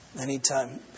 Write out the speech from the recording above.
Anytime